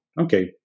okay